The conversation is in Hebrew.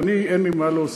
אני, אין לי מה להוסיף.